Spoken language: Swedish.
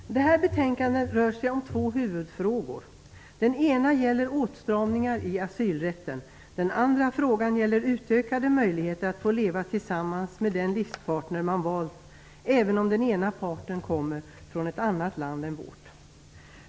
Fru talman! Det här betänkandet rör sig om två huvudfrågor. Den ena gäller åtstramningar i asylrätten, den andra utökade möjligheter att få leva tillsammans med den livspartner som man valt, även om den ena parten kommer från ett annat land än vårt.